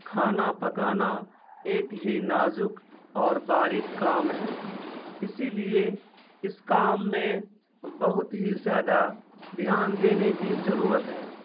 کھانا پکانا ایک ہی نازک اور باریک کام ہے اسی لیے اس کام میں بہت ہی زیادہ دھیان دینے کی ضرورت ہے